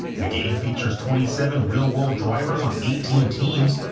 the game features twenty seven real-world drivers on eighteen teams,